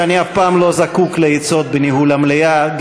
שאני אף פעם לא זקוק לעצות בניהול המליאה,